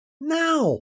now